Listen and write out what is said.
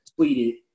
tweeted